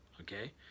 Okay